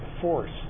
force